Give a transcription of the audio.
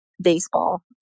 baseball